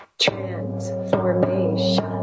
transformation